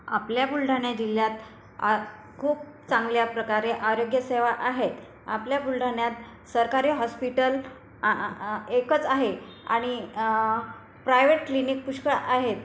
आपल्या बुलढाणा जिल्ह्यात आ खूप चांगल्या प्रकारे आरोग्यसेवा आहेत आपल्या बुलढाण्यात सरकारी हॉस्पिटल एकच आहे आणि प्रायवेट क्लिनिक पुष्कळ आहेत